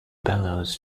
bellows